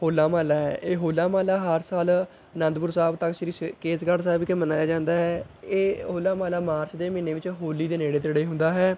ਹੋਲਾ ਮਹੱਲਾ ਹੈ ਇਹ ਹੋਲਾ ਮਹੱਲਾ ਹਰ ਸਾਲ ਆਨੰਦਪੁਰ ਸਾਹਿਬ ਤਖਤ ਸ਼੍ਰੀ ਸ ਕੇਸਗੜ੍ਹ ਸਾਹਿਬ ਵਿਖੇ ਮਨਾਇਆ ਜਾਂਦਾ ਹੈ ਇਹ ਹੋਲਾ ਮਹੱਲਾ ਮਾਰਚ ਦੇ ਮਹੀਨੇ ਵਿੱਚ ਹੋਲੀ ਦੇ ਨੇੜੇ ਤੇੜੇ ਹੁੰਦਾ ਹੈ